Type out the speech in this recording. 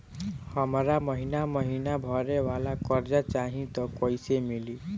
हमरा महिना महीना भरे वाला कर्जा चाही त कईसे मिली?